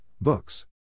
Books